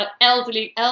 elderly